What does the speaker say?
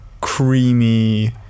creamy